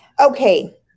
okay